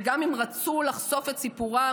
וגם אם רצו לחשוף את סיפורם,